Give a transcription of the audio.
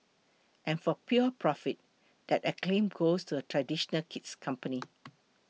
and for pure profit that acclaim goes to a traditional kid's company